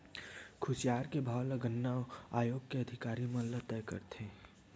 खुसियार के भाव ल गन्ना आयोग के अधिकारी मन ह तय करथे